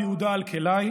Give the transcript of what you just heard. הרב יהודה אלקלעי,